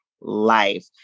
life